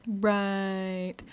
Right